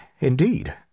indeed